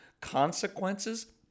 consequences